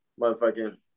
Motherfucking